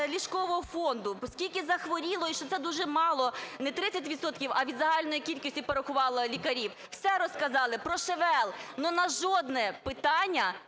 ліжкового фонду, скільки захворіло, і що це дуже мало, не 30 відсотків, а від загальної кількості порахували лікарів, все розказали, про ШВЛ, але на жодне питання